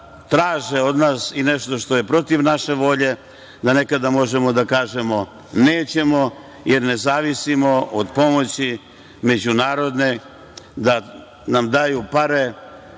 traže od nas i nešto što je protiv naše volje da nekada možemo da kažemo nećemo, jer ne zavisimo od pomoći međunarodne, da nam daju pare